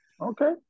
Okay